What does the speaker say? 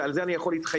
על זה אני יכול להתחייב,